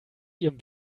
ihrem